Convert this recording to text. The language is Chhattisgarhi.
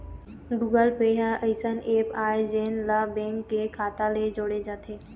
गुगल पे ह अइसन ऐप आय जेन ला बेंक के खाता ले जोड़े जाथे